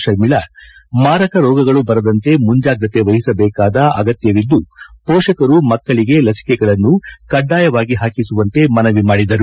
ಶರ್ಮಿಳಾ ಮಾರಕ ರೋಗಗಳು ಬರದಂತೆ ಮುಂಜಾಗ್ರತೆ ವಹಿಸಬೇಕಾದ ಅಗತ್ಯವಿದ್ದು ಮೋಷಕರು ಮಕ್ಕಳಿಗೆ ಲಸಿಕೆಗಳನ್ನು ಕಡ್ಡಾಯವಾಗಿ ಹಾಕಿಸುವಂತೆ ಮನವಿ ಮಾಡಿದರು